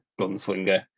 gunslinger